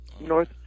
north